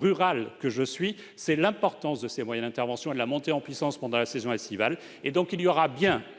rural que je suis sait l'importance de ces moyens d'intervention et de cette montée en puissance pendant la saison estivale. Il y aura donc